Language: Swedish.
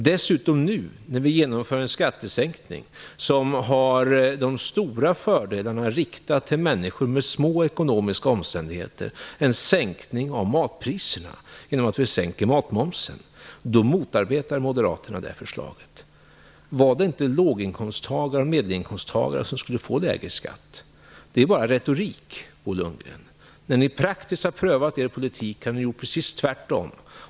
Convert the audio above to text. När vi nu genomför en skattesänkning som har de stora fördelarna riktade till människor i små ekonomiska omständigheter - en sänkning av matpriserna genom en sänkning av matmomsen - motarbetar Moderaterna förslaget. Var det inte låginkomsttagare och medelinkomsttagare som skulle få lägre skatt? Det är bara retorik, Bo Lundgren. När ni praktiskt har prövat er politik har ni gjort precis tvärtom.